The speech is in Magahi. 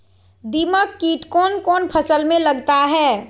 दीमक किट कौन कौन फसल में लगता है?